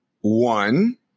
one